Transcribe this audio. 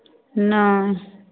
नहि